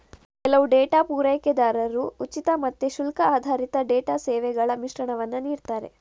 ಕೆಲವು ಡೇಟಾ ಪೂರೈಕೆದಾರರು ಉಚಿತ ಮತ್ತೆ ಶುಲ್ಕ ಆಧಾರಿತ ಡೇಟಾ ಸೇವೆಗಳ ಮಿಶ್ರಣವನ್ನ ನೀಡ್ತಾರೆ